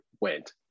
went